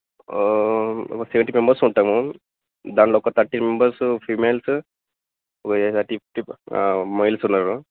ఒక seventy members ఉంటాము దాంట్లో ఒక థర్టీ మెంబర్స్ ఫిమేల్ ఒయా థర్టీ ఫిఫ్టీ ఫైవ్ మేల్ ఉన్నారు